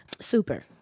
Super